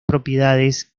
propiedades